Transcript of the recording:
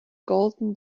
golden